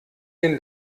den